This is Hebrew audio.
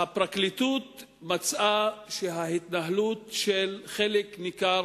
הפרקליטות מצאה שההתנהלות של חלק ניכר